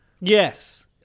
Yes